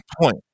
point